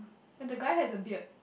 and the guy has a beard